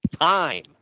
time